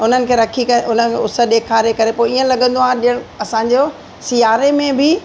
उन्हनि खे रखी करे उन्हनि उस ॾेखारे करे पोइ ईअं लॻंदो आहे ॼण असांजो सियारे में बि